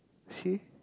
see